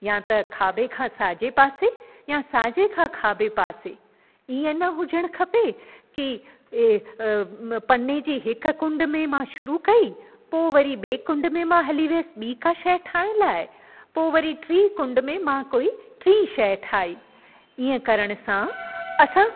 या त खाॿे खां साॼे पासे या साॼे खां खाॿे पासे ईंअ न हुजणु खपे की पन्ने जी हिक कुंड में मां शुरू कई पोइ वरी ॿिए कुंड में मां हली वियसि ॿी का शइ ठाहिण लाइ पोइ वरी टीं कुंड में मां कोई टीं शइ ठाहे ईंअ करण सां असां